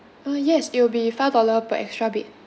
uh yes it'll be five dollar per extra bed